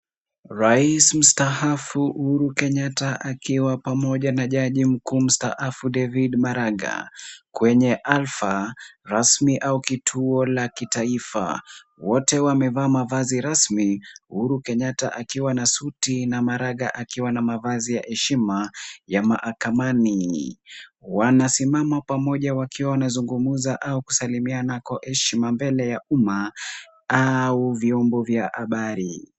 Rais Mustaafu Uhuru Kenyatta akiwa pamoja na jaji mkuu mustaafu David Maraga kwenye hafla rasmi au kituo cha kitaifa. Wote wamevaa mavazi rasmi Uhuru Kenyatta akiwa na suti na Maraga akiwa na mavazi ya heshima ya mahakamani. Wanasimama pamoja wakiwa wanazungumza au kusalimiana kwa heshima mbele ya umma au vyombo vya habari.